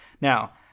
Now